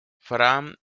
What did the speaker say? frank